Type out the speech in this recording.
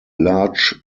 large